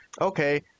okay